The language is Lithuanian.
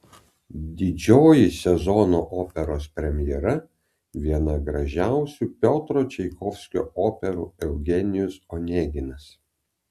didžioji sezono operos premjera viena gražiausių piotro čaikovskio operų eugenijus oneginas